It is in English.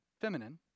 feminine